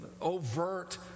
overt